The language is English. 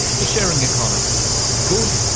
the sharing economy the good,